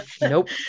Nope